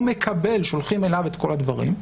הוא מקבל שולחים אליו את כל הדברים.